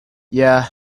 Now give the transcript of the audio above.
yeah